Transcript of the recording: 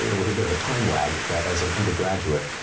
you know with a bit of a time lag, that as an undergraduate,